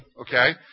okay